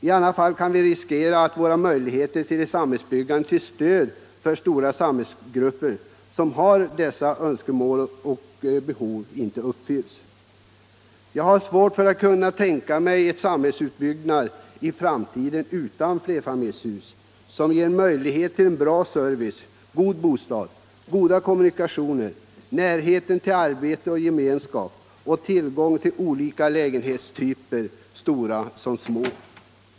I annat fall kan vi riskera att våra möjligheter till ett samhällsbyggande till stöd för de stora samhällsgrupper som har dessa önskemål och behov inte uppfylls. Jag har svårt att tänka mig en samhällsutbyggnad i framtiden utan flerfamiljshus, som ger möjlighet till bra service, god bostad, goda kommunikationer, närhet till arbete och gemenskap och tillgång till olika lägenhetstyper — stora som små.